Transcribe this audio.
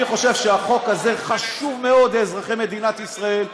אני חושב שהחוק הזה חשוב מאוד לאזרחי מדינת ישראל.